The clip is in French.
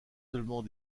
seulement